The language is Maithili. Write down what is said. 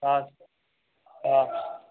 अच्छा अच्छा